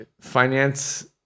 finance